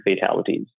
fatalities